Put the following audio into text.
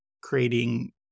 creating